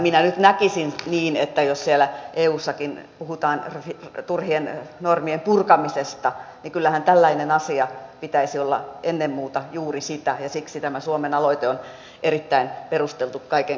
minä nyt näkisin niin että jos siellä eussakin puhutaan turhien normien purkamisesta niin kyllähän tällaisen asian pitäisi olla ennen muuta juuri sitä ja siksi tämä suomen aloite on erittäin perusteltu kaiken kaikkiaan